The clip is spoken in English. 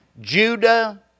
Judah